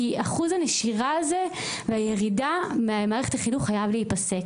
כי אחוז הנשירה הזו והירידה ממערכת החינוך חייב להיפסק,